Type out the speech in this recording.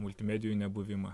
multimedijų nebuvimą